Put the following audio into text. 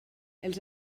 els